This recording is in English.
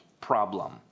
problem